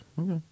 Okay